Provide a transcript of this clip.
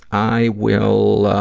i will